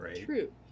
True